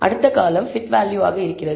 அடுத்த காலம் t value ஆக இருக்கிறது